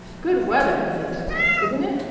good weather! he exclaimed, isn't it?